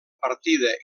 partida